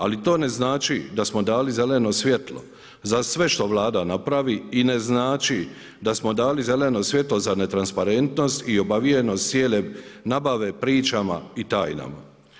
Ali to ne znači da smo dali zeleno svjetlo za sve što Vlada napravi i ne znači da smo dali zeleno svjetlo za netransparentnost i obavijenost cijele nabave pričama i tajnama.